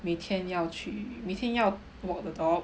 每天要去每天要 walk the dog